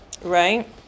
Right